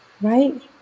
right